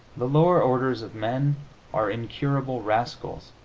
the lower orders of men are incurable rascals,